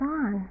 on